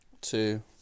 two